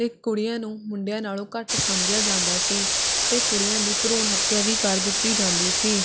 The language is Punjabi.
ਅਤੇ ਕੁੜੀਆਂ ਨੂੰ ਮੁੰਡਿਆਂ ਨਾਲੋਂ ਘੱਟ ਸਮਝਿਆ ਜਾਂਦਾ ਸੀ ਅਤੇ ਕੁੜੀਆਂ ਦੀ ਭਰੂਣ ਹੱਤਿਆ ਵੀ ਕਰ ਦਿੱਤੀ ਜਾਂਦੀ ਸੀ